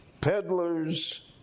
peddlers